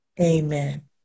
Amen